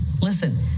Listen